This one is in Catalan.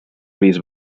gris